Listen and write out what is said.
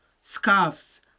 scarves